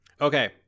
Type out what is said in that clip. Okay